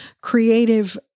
creative